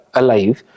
alive